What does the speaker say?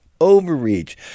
overreach